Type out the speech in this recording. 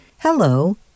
hello